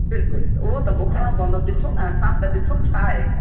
बिल्कुल उहो त मोकिलणो पवंदो ॾिसो अ असां सां बि त ॾिसूं छा आहे